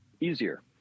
easier